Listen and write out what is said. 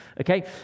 okay